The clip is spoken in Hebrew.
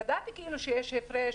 ידעתי שיש הפרש